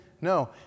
No